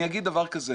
ואני אגיד דבר כזה,